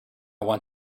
want